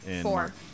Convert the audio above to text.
Four